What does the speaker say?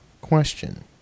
Question